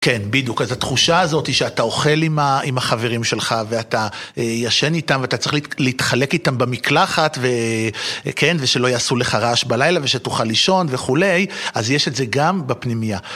כן, בדיוק, אז התחושה הזאתי שאתה אוכל עם החברים שלך ואתה ישן איתם ואתה צריך להתחלק איתם במקלחת ו..כן? ושלא יעשו לך רעש בלילה ושתוכל לישון וכולי, אז יש את זה גם בפנימייה.